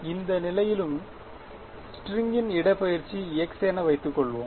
எந்த நிலையிலும் ஸ்ட்ரிங் ன் இடப்பெயர்ச்சி x என வைத்துக்கொள்வோம்